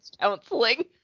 counseling